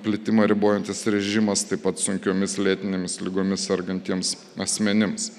plitimą ribojantis režimas taip pat sunkiomis lėtinėmis ligomis sergantiems asmenims